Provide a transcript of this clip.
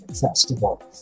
festival